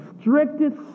strictest